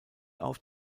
auf